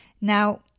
Now